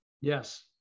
Yes